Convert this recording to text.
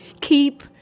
keep